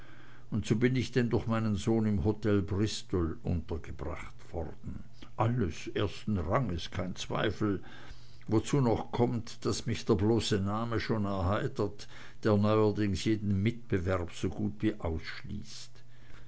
und so bin ich denn durch meinen sohn im hotel bristol untergebracht worden alles ersten ranges kein zweifel wozu noch kommt daß mich der bloße name schon erheitert der neuerdings jeden mitbewerb so gut wie ausschließt